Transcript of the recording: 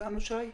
לא נמצא.